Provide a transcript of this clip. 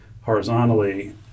horizontally